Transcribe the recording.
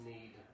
Need